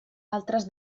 altres